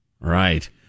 right